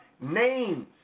names